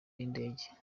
y’indege